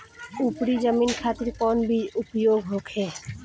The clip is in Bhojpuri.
उपरी जमीन खातिर कौन बीज उपयोग होखे?